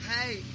Hey